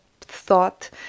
thought